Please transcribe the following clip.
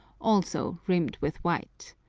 also rimmed with white.